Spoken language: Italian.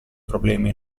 problemi